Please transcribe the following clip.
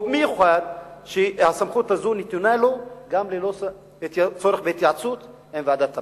ובמיוחד שהסמכות הזו נתונה לו גם ללא צורך בהתייעצות עם ועדת הפנים.